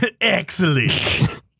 Excellent